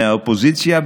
מהאופוזיציה,